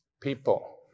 People